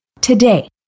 Today